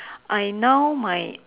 I now my